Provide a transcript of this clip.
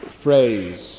phrase